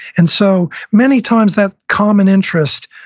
and so many times that common interest,